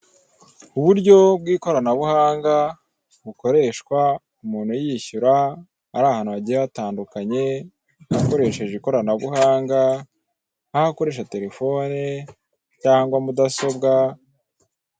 Uburyo bw'ikoranabuhanga bukoreshwa umuntu yishyura ari ahantu hagiye hatandukanye akoresheje ikoranabuhanga, aho akoresha telefone cyangwa mudasobwa.